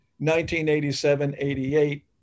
1987-88